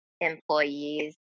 employees